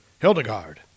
Hildegard